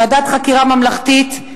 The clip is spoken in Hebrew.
ועדת חקירה ממלכתית,